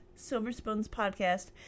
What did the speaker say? silverspoonspodcast